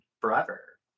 forever